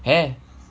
have